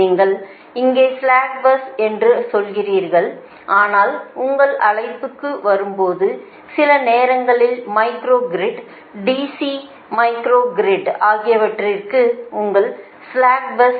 நீங்கள் இங்கே slack bus என்று செல்கிறீர்கள் ஆனால் உங்கள் அழைப்புக்கு வரும்போது சில நேரங்களில் micro grid DC micro grid ஆகியவற்றிற்கு உங்கள் ஸ்லாக் பஸ்